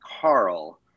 Carl